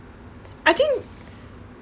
I think